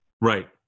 Right